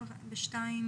להציג.